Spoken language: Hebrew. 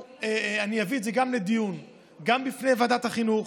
אביא את זה לדיון גם בפני ועדת החינוך,